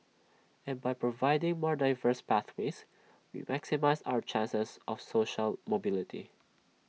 and by providing more diverse pathways we maximise our chances of social mobility